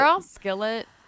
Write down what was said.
skillet